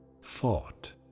fought